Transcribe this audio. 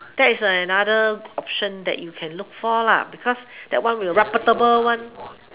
that is an another option that you can look for lah because that one the reputable one